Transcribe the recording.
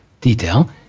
detail